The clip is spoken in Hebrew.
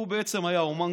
הוא היה אומן